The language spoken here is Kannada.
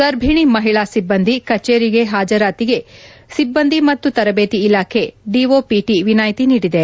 ಗರ್ಭಿಣಿ ಮಹಿಳಾ ಸಿಬ್ಲಂದಿ ಕಚೇರಿ ಹಾಜರಾತಿಗೆ ಸಿಬ್ಲಂದಿ ಮತ್ತು ತರಬೇತಿ ಇಲಾಖೆ ಡಿಒಪಿಟಿ ವಿನಾಯ್ತಿ ನೀಡಿದೆ